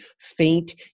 faint